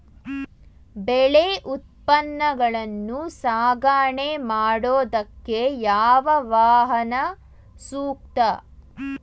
ಬೆಳೆ ಉತ್ಪನ್ನಗಳನ್ನು ಸಾಗಣೆ ಮಾಡೋದಕ್ಕೆ ಯಾವ ವಾಹನ ಸೂಕ್ತ?